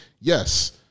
Yes